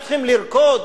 אנחנו צריכים לרקוד?